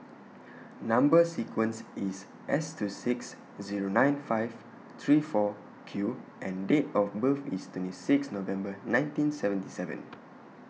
Number sequence IS S two six Zero nine five three four Q and Date of birth IS twenty six November nineteen seventy seven